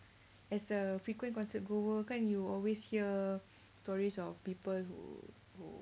as a frequent concert goer kan you always hear stories of people who